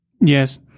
Yes